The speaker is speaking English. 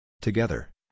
Together